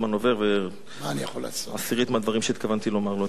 אני רואה שהזמן עובר ועשירית מהדברים שהתכוונתי לומר לא אמרתי.